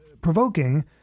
provoking